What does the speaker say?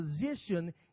position